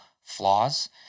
flaws